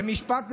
משפט לסיום.